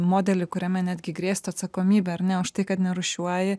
modelį kuriame netgi grėstų atsakomybė ar ne už tai kad nerūšiuoji